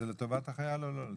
זה לטובת החייל או לא לטובתו?